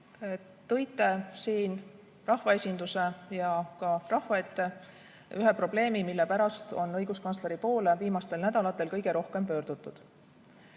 Tõite siin rahvaesinduse ja ka rahva ette ühe probleemi, mille pärast on õiguskantsleri poole viimastel nädalatel kõige rohkem pöördutud.